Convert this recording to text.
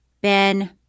Ben